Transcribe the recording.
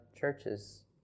churches